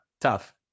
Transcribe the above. Tough